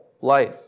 life